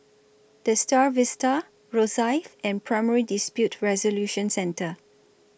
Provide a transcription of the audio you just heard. The STAR Vista Rosyth and Primary Dispute Resolution Centre